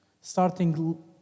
starting